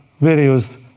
various